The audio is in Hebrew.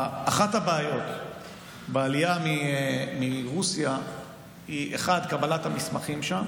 אחת הבעיות בעלייה מרוסיה היא קבלת המסמכים שם